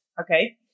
Okay